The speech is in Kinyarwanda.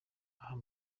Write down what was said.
aho